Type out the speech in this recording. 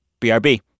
BRB